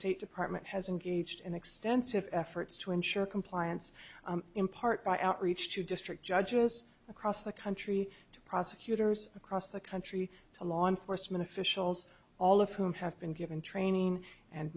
state department has engaged in extensive efforts to ensure compliance in part by outreach to district judges across the country to prosecutors across the country to law enforcement officials all of whom have been given training and